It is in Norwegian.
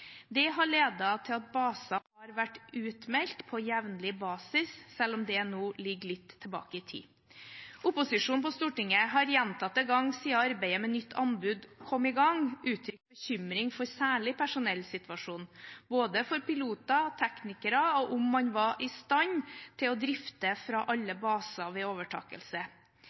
Det har ledet til at baser har vært utmeldt på jevnlig basis, selv om det nå ligger litt tilbake i tid. Opposisjonen på Stortinget har gjentatte ganger siden arbeidet med nytt anbud kom i gang, uttrykt bekymring for særlig personellsituasjonen, både for piloter og teknikere, og for om man var i stand til å drifte fra alle baser ved overtakelse.